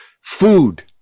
Food